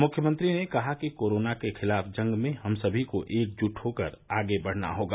मुख्यमंत्री ने कहा कि कोरोना के खिलाफ जंग में हम सभी को एकजुट होकर आगे बढ़ना होगा